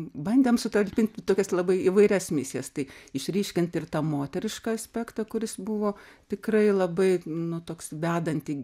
bandėm sutalpint tokias labai įvairias misijas tai išryškint ir tą moterišką aspektą kuris buvo tikrai labai nu toks vedanti